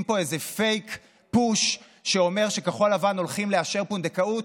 פה איזה פייק פוש שאומר שכחול לבן הולכים לאשר פונדקאות.